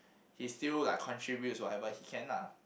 he still like contribute whatever he can lah